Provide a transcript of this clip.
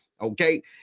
okay